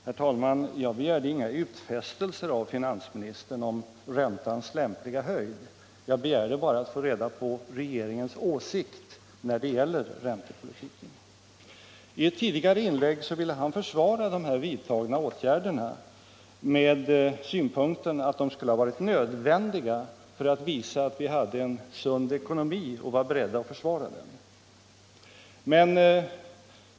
Torsdagen den Herr talman! Jag begärde inga utfästelser av finansministern om räntans 21 oktober 1976 lämpliga höjd. Jag begärde bara att få reda på regeringens åsikt när det o gäller räntepolitiken. Om åtgärder för att I ett tidigare inlägg ville finansministern försvara de vidtagna åtgär trygga sysselsättderna med synpunkten att de skulle ha varit nödvändiga för att visa ningen i Flen att vi i Sverige hade en sund ekonomi och var beredda att försvara den.